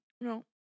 No